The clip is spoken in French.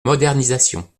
modernisation